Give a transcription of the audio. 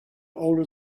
older